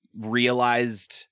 realized